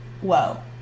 whoa